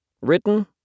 written